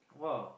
!wah!